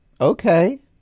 Okay